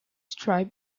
tribe